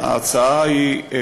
ההצעה היא,